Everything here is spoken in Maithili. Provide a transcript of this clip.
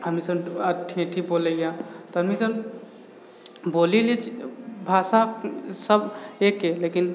हमीसभ ठेठी बोलैए तऽ हमीसभ बोलि लै छी भाषा सब एके लेकिन